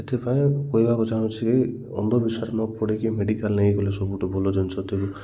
ସେଥିପାଇଁ ମୁଁ କହିବାକୁ ଚାହୁଁଛି ଅନ୍ଧବିଶ୍ୱାସ ନ ପଡ଼ିକି ମେଡ଼ିକାଲ ନେଇକି ଗଲେ ସବୁଠୁ ଭଲ ଜିନିଷ ଯେଉଁଥିରେ